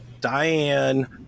Diane